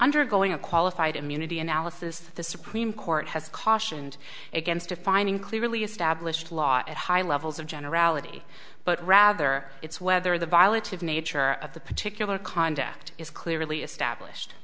undergoing a qualified immunity analysis the supreme court has cautioned against defining clearly established law at high levels of generality but rather it's whether the violated nature of the particular conduct is clearly established